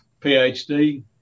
PhD